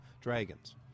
dragons